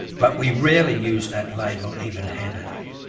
but we rarely use that label even-handedly.